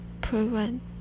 prevent